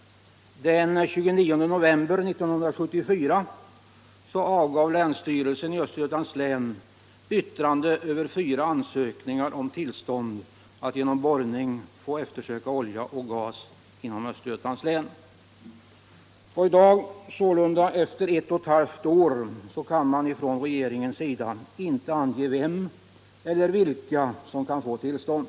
Den 29 november 1974 avgav länsstyrelsen i Östergötlands län yttrande över fyra ansökningar om tillstånd att genom borrning eftersöka olja och gas inom Östergötlands län. Och i dag — sålunda efter ett och ett halvt år — kan regeringen inte ange vem eller vilka som kan få tillstånd.